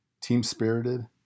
team-spirited